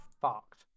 fucked